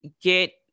get